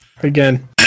Again